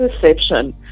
perception